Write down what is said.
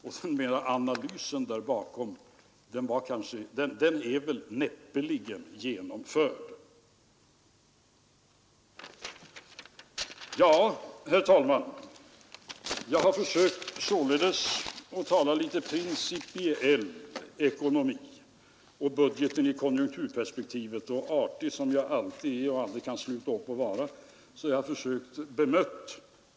Jag tror att vem som helst som ser allvarligt på det här kan säga sig, att i det läget är det ändå en fördel att den svenska kronan är en bland de valutor som internationellt betraktas som starka valutor.